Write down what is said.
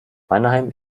mannheim